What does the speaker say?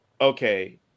okay